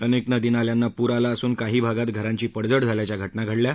अनेक नदी नाल्यांना पूर आला असून काही भागात घरांची पडझड झाल्याच्या घटना घडल्या आहेत